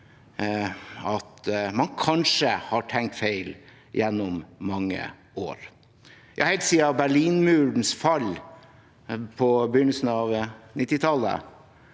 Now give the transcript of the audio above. at man kanskje har tenkt feil gjennom mange år – helt siden Berlinmurens fall på begynnelsen av 1990tallet